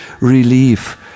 relief